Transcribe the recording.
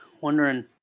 wondering